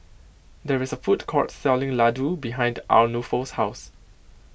there is a food court selling Ladoo behind Arnulfo's house